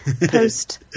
Post